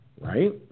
right